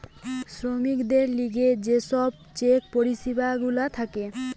শ্রমিকদের লিগে যে সব চেকের পরিষেবা গুলা থাকে